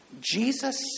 Jesus